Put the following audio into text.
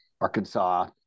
Arkansas